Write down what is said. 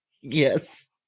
Yes